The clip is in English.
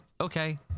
okay